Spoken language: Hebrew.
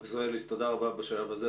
פרופ' אליס, תודה רבה בשלב הזה.